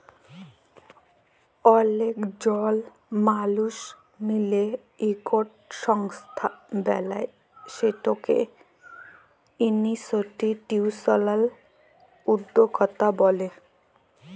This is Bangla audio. অলেক জল মালুস মিলে ইকট সংস্থা বেলায় সেটকে ইনিসটিটিউসলাল উদ্যকতা ব্যলে